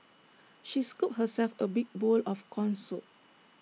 she scooped herself A big bowl of Corn Soup